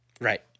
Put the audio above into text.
Right